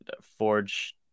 Forge